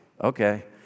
Okay